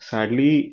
Sadly